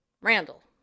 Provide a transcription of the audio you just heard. Randall